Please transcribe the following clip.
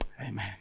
Amen